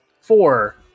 four